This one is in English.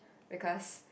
because